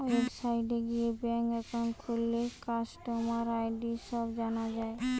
ওয়েবসাইটে গিয়ে bank account খুললে কাস্টমার আই.ডি সব জানা যায়